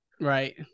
right